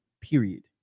Period